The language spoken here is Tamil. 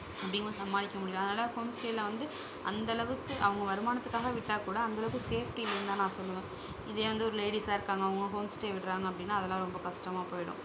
அப்படிங்கும்போது சமாளிக்க முடியாதனால் ஹோம் ஸ்டேயில் வந்து அந்தளவுக்கு அவங்க வருமானத்துக்காக விட்டால் கூட அந்தளவுக்கு சேஃப்டி இல்லைன்னு தான் நான் சொல்லுவேன் இதே வந்து ஒரு லேடீஸாக இருக்காங்க அவங்க ஹோம் ஸ்டே விடுறாங்க அப்படினா அதெல்லாம் ரொம்ப கஷ்டமா போயிடும்